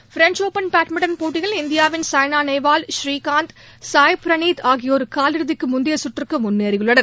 French Open badminton போட்டியில் இந்தியாவின் சாய்னாநேவால் ஸ்ரீகாந்த் சாய் பிரனித் ஆகியோர் காலிறுதி முந்தைய சுற்றுக்கு முன்னேறியுள்ளனர்